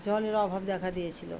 জলের অভাব দেখা দিয়েছিল